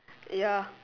ya